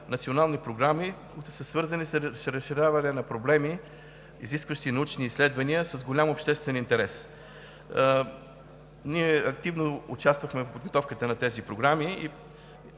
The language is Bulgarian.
национални програми, които са свързани с разширяване на проблеми, изискващи научни изследвания с голям обществен интерес. Ние активно участвахме в подготовката на тези програми